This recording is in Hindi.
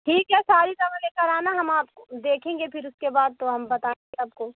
ठीक है सारी दवा लेकर आना हम आपको देखेंगे फिर उसके बाद तो हम बताएँगे आपको